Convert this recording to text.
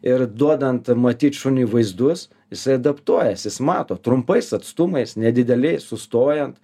ir duodant matyt šuniui vaizdus jisai adaptuojasi jis mato trumpais atstumais nedideliais sustojant